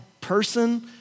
person